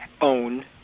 own